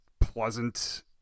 pleasant